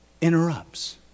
interrupts